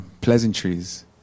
pleasantries